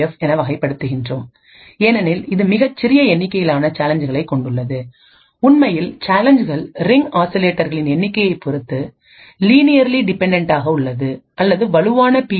F என வகைப்படுத்துகிறோம் ஏனெனில் இது மிகச் சிறிய எண்ணிக்கையிலான சேலஞ்ச்களைக் கொண்டுள்ளது உண்மையில் சேலஞ்ச்கள் ரிங் ஆசிலேட்டர்களின் எண்ணிக்கையைப் பொறுத்து லீனியர்லி டிபெண்டன்ட் ஆக உள்ளது அல்லது வலுவான பி